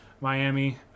Miami